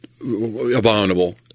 abominable